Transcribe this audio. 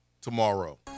tomorrow